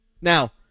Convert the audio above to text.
Now